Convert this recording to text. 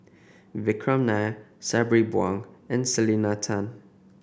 Vikram Nair Sabri Buang and Selena Tan